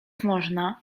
można